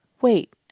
Wait